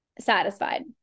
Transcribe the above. satisfied